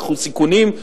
לקחו סיכונים,